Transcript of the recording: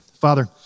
Father